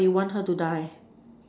but you want her to die